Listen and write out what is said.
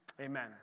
Amen